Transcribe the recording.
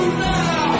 now